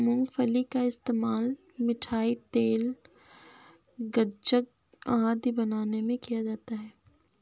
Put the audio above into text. मूंगफली का इस्तेमाल मिठाई, तेल, गज्जक आदि बनाने में किया जाता है